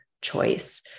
choice